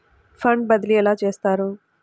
Fund బదిలీ ఎలా చేస్తారు?